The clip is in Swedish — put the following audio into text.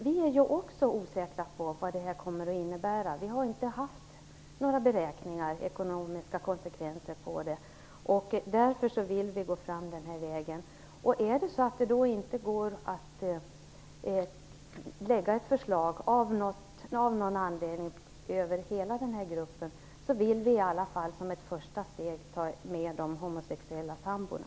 Vi är också osäkra på vad detta kommer att innebära. Det har inte gjorts några beräkningar av de ekonomiska konsekvenserna. Därför vill vi gå den här vägen. Om det av någon anledning inte går att lägga fram ett förslag för hela gruppen vill vi i alla fall, som ett första steg, ta med de homosexuella samborna.